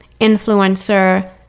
influencer